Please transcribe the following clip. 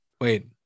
wait